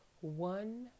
one